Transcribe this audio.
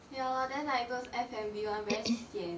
ya lor then like those F&B [one] very sian